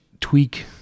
tweak